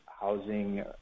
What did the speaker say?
housing